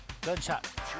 Gunshot